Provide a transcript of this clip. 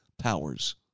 powers